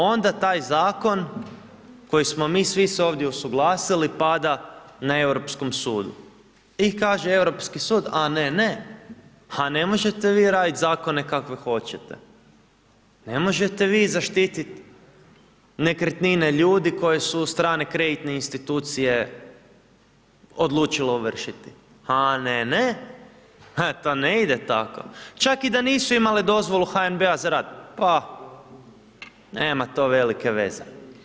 Onda taj zakon koji smo mi svi se ovdje usuglasili pada na Europskom sudu i kaže Europski sud, a ne, ne, ha ne možete vi radit zakone kakve hoćete, ne možete vi zaštitit nekretnine ljudi koje su strane kreditne institucije odlučile ovršiti, a ne, ne, to ne ide tako, čak i da nisu imale dozvolu HNB-a za rad, pa nema to velike veze.